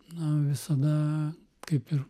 na visada kaip ir